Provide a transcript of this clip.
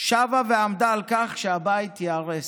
שבה ועמדה על כך שהבית ייהרס.